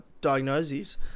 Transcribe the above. diagnoses